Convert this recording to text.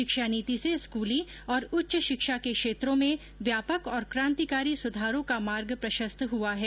शिक्षा नीति से स्कूली और उच्च शिक्षा के क्षेत्रों में व्यापक और क्रांतिकारी सुधारों का मार्ग प्रशंस्त हुआ है